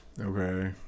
Okay